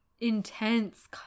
intense